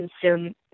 consume